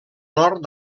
nord